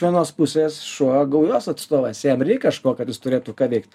iš vienos pusės šuo gaujos atstovas jam reik kažko kad jis turėtų ką veikt